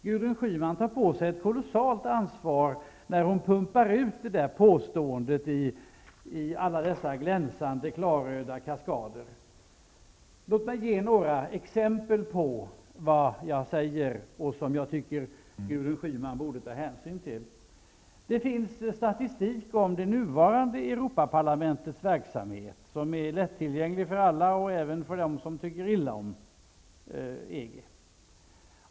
Gudrun Schyman tar på sig ett kolossalt ansvar när hon ''pumpar ut'' dylika påståenden i glänsande klarröda kaskader. Låt mig ge några exempel på vad jag menar och vad jag tycker att Gudrun Schyman borde ta hänsyn till. Det finns statistik på det nuvarande Europaparlamentets verksamhet. Den statistiken är lättillgänglig för alla -- även för dem som tycker illa om EG.